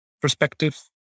perspective